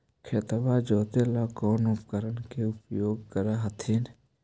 खेतबा जोते ला कौन उपकरण के उपयोग कर हखिन?